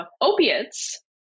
opiates